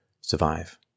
survive